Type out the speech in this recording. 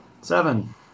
Seven